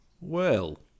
Well